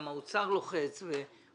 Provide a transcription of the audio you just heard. גם משרד האוצר לוחץ ומבקש.